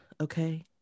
okay